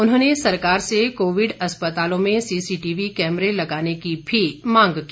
उन्होंने सरकार से कोविड अस्पतालों में सीसीटीवी कैमरे लगाने की भी मांग की